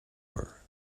her